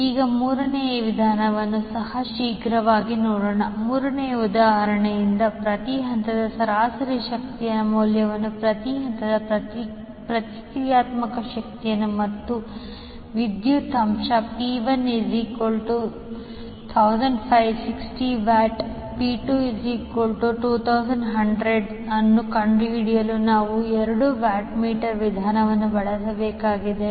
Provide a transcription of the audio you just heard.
ಈಗ ಮೂರನೆಯ ವಿಧಾನವನ್ನು ಸಹ ಶೀಘ್ರವಾಗಿ ನೋಡೋಣ ಮೂರನೆಯ ಉದಾಹರಣೆಯೆಂದರೆ ಪ್ರತಿ ಹಂತದ ಸರಾಸರಿ ಶಕ್ತಿಯ ಮೌಲ್ಯವನ್ನು ಪ್ರತಿ ಹಂತದ ಪ್ರತಿಕ್ರಿಯಾತ್ಮಕ ಶಕ್ತಿಯನ್ನು ಮತ್ತು ವಿದ್ಯುತ್ ಅಂಶ 𝑃1 1560 W ಮತ್ತು 𝑃2 2100 ಅನ್ನು ಕಂಡುಹಿಡಿಯಲು ನಾವು ಎರಡು ವ್ಯಾಟ್ ಮೀಟರ್ ವಿಧಾನವನ್ನು ಬಳಸಬೇಕಾಗಿದೆ